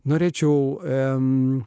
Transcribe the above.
norėčiau m